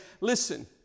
listen